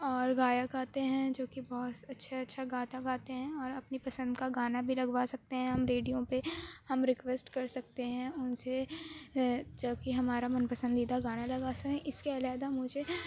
اور گایک آتے ہیں جو کہ بہت اچھا اچھا گاتا گاتے ہیں اور اپنی پسند کا گانا بھی لگوا سکتے ہیں ہم ریڈیو پہ ہم ریکویسٹ کر سکتے ہیں ان سے جو کہ ہمارا من پسندیدہ گانا لگا سکیں اس کے علیحدہ مجھے